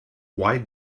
why